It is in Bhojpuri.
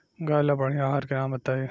गाय ला बढ़िया आहार के नाम बताई?